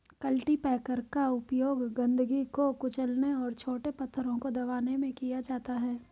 cultipacker का उपयोग गंदगी को कुचलने और छोटे पत्थरों को दबाने में किया जाता है